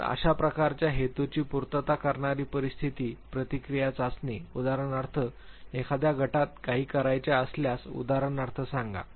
तर अशा प्रकारच्या हेतूची पूर्तता करणारी परिस्थिती प्रतिक्रिया चाचणी उदाहरणार्थ उदाहरणार्थ एखाद्या गटात काही करायचे असल्यास उदाहरणार्थ सांगा